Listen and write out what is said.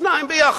שניים ביחד,